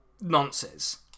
nonsense